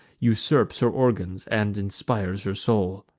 usurps her organs and inspires her soul.